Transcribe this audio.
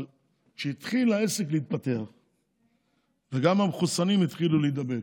אבל כשהתחיל העסק להתפתח וגם המחוסנים התחילו להידבק,